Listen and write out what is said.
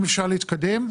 אם אפשר להתקדם.